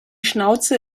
schnauze